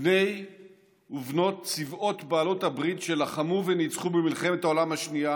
בני ובנות צבאות בעלות הברית שלחמו וניצחו במלחמת העולם השנייה